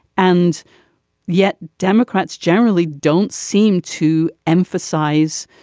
and yet democrats generally don't seem to emphasize